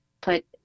put